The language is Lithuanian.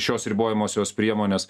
šios ribojamosios priemonės